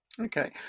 okay